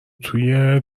توی